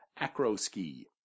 acroski